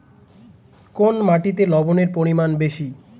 কোন মাটিতে লবণের পরিমাণ বেশি?